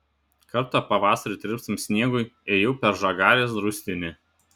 kartą pavasarį tirpstant sniegui ėjau per žagarės draustinį